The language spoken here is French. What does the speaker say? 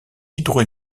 hydro